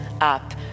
up